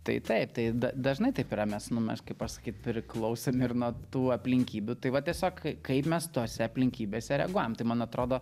tai taip tai dažnai taip yra mes nu mes kaip pasakyt priklausomi ir nuo tų aplinkybių tai va tiesiog kaip mes tose aplinkybėse reaguojam tai man atrodo